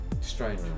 Strange